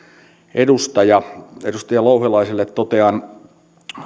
edustaja edustaja louhelaiselle totean